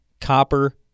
Copper